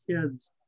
kids